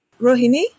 Rohini